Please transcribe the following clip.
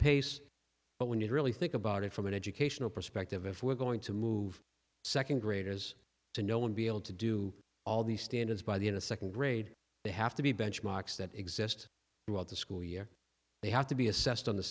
pace but when you really think about it from an educational perspective if we're going to move second graders to know and be able to do all these standards by the in a second grade they have to be benchmarks that exist throughout the school year they have to be assessed on the